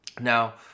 Now